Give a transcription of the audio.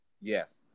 Yes